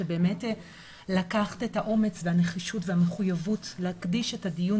שבאמת לקחת את האומץ והנחישות והמחויבות להקדיש את הדיון